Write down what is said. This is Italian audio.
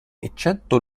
eccetto